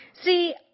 See